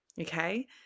okay